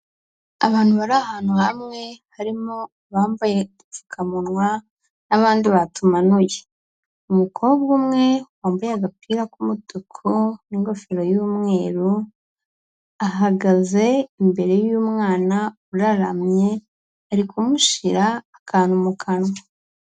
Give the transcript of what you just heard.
Abantu bari ahantu hamwe, harimo abambaye udupfukamuwa n'abandi batumanuye, umukobwa umwe wambaye agapira k'umutuku n'ingofero y'umweru ahagaze imbere y'umwana uraramye, ari kumushira akantu mu kanwa.